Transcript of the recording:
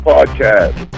Podcast